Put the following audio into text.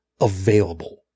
available